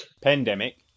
Pandemic